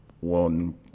one